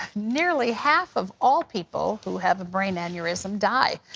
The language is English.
nearly half of all people who have a brain aneurysm die.